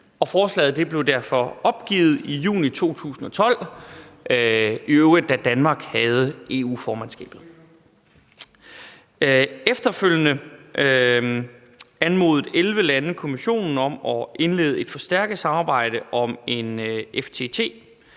Forslaget blev derfor opgivet i juni 2012, i øvrigt da Danmark havde EU-formandskabet. Efterfølgende anmodede 11 lande Kommissionen om at indlede et forstærket samarbejde om en FTT.